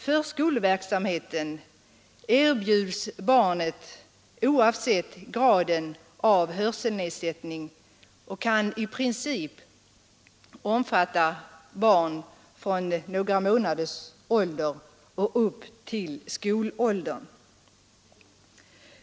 Förskoleverksamheten erbjuds också barnet, oavsett graden av hörselnedsättning och kan i princip omfatta barn från några månaders ålder upp till skolåldern.